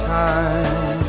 time